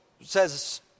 says